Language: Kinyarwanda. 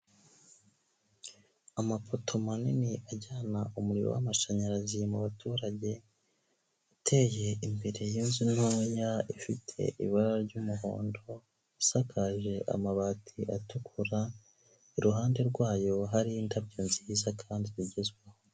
Amapoto manini ajyana umuriro w'amashanyarazi mu baturage, uteye imbere y'inzu ntoya ifite ibara ry'umuhondo, isakaje amabati atukura, iruhande rwayo hari indabyo nziza kandi zigezweho.